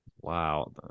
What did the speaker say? wow